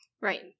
Right